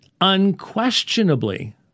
unquestionably